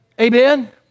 Amen